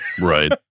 Right